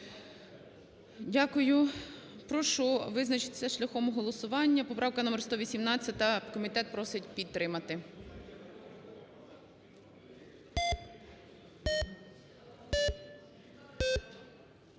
Дякую. Прошу визначитися шляхом голосування. Поправка № 118. Комітет просить підтримати.